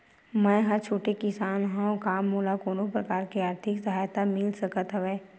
मै ह छोटे किसान हंव का मोला कोनो प्रकार के आर्थिक सहायता मिल सकत हवय?